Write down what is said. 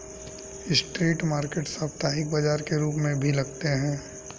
street market साप्ताहिक बाजार के रूप में भी लगते हैं